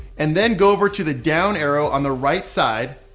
and then go over to the down arrow on the right side.